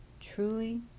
truly